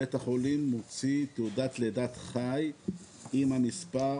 בית החולים מוציא תעודת לידת חי עם המספר